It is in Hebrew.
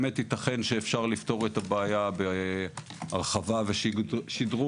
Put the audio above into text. באמת ייתכן שניתן לפתור את הבעיה בהרחבה ושדרוג